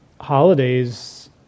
holidays